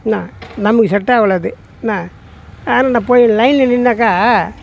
என்ன நமக்கு செட்டாகல அது என்ன அதனால் நான் போய் லைனில் நின்னாக்கா